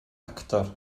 actor